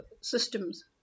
systems